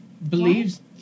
Believes